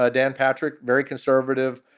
ah dan patrick, very conservative,